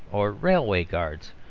or railway guards,